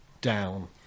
Down